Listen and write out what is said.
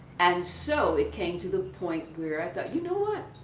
and so it came to the point where i thought you know what,